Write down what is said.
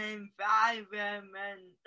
environment